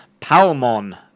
Palmon